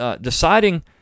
Deciding